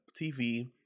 TV